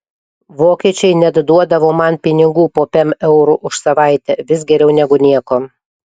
vokiečiai net duodavo man pinigų po pem eurų už savaitę vis geriau negu nieko